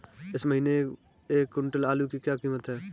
इस महीने एक क्विंटल आलू की क्या कीमत है?